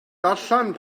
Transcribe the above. darllen